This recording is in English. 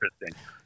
interesting